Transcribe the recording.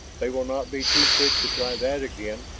they will not be too quick to try that again,